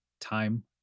time